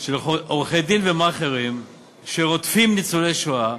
של עורכי-דין ומאכערים שרודפים ניצולי שואה,